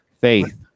faith